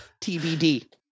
TBD